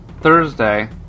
Thursday